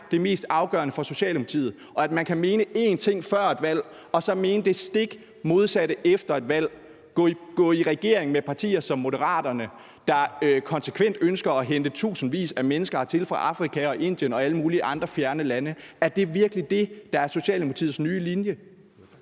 det mest afgørende for Socialdemokratiet, og at man kan mene én ting før et valg og så mene det stik modsatte efter et valg, hvor man er gået i regering med et parti som Moderaterne, der konsekvent ønsker at hente tusindvis af mennesker hertil fra Afrika og Indien og alle mulige andre fjerne lande. Er det virkelig det, der er Socialdemokratiets nye linje?